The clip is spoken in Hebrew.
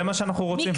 זה מה שאנחנו רוצים.